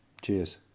cheers